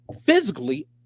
physically